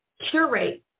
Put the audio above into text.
curate